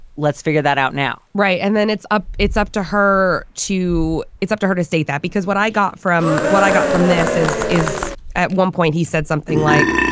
let's figure that out now. right. and then it's up. it's up to her, too. it's up to her to state that because what i got from what i got from this is is at one point he said something like,